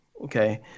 okay